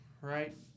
right